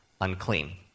unclean